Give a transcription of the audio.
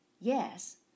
yes